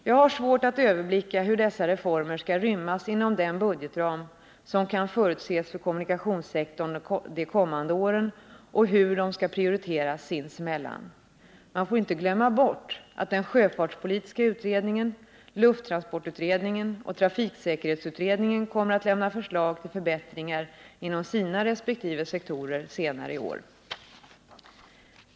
Jag har svårt att överblicka hur dessa reformer skall rymmas inom den budgetram som kan förutses för kommunikationssektorn de kommande åren och hur de skall prioriteras sinsemellan. Man får inte glömma bort att den sjöfartspolitiska utredningen, lufttransportutredningen och trafiksäkerhetsutredningen kommer att lämna förslag till förbättringar inom sina respektive sektorer senare i år.